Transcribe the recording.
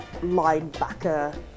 linebacker